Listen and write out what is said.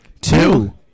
Two